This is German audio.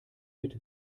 mit